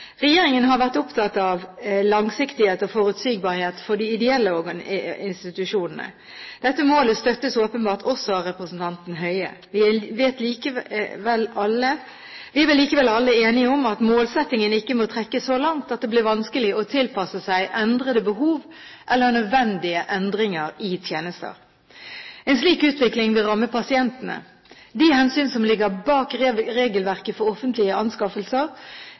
Regjeringen har vært opptatt av langsiktighet og forutsigbarhet for de ideelle institusjonene. Dette målet støttes åpenbart også av representanten Høie. Vi er vel likevel alle enige om at målsettingen ikke må trekkes så langt at det blir vanskelig å tilpasse seg endrede behov eller nødvendige endringer i tjenester. En slik utvikling vil ramme pasientene. De hensyn som ligger bak regelverket for offentlige anskaffelser,